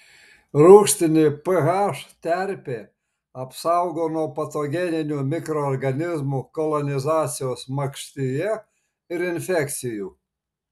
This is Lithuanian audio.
rūgštinė ph terpė apsaugo nuo patogeninių mikroorganizmų kolonizacijos makštyje ir infekcijų